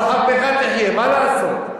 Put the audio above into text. על חרבך תחיה, מה לעשות?